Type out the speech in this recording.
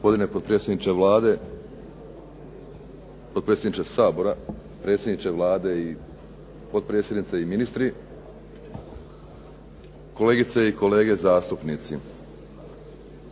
Gospodine potpredsjedniče Vlade, potpredsjedniče Sabora, predsjedniče Vlade i potpredsjednice i ministri, kolegice i kolege zastupnici.